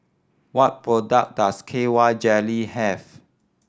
what products does K Y Jelly have